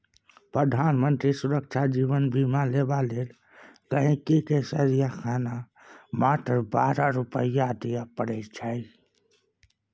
प्रधानमंत्री सुरक्षा जीबन बीमा लेबाक लेल गांहिकी के सलियाना मात्र बारह रुपा दियै परै छै